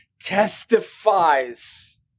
testifies